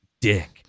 dick